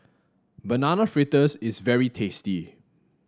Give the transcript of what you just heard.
Banana Fritters is very tasty